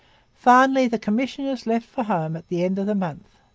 finally the commissioners left for home at the end of the month.